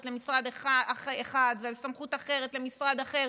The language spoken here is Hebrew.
למשרד אחד וסמכות אחרת עוברת למשרד אחר,